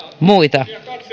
muita